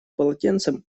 полотенцем